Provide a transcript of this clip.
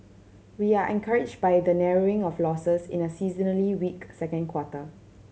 we are encouraged by the narrowing of losses in a seasonally weak second quarter